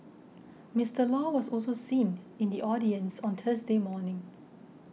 Mister Law was also seen in the audience on Thursday morning